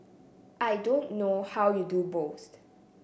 I don't know how you do both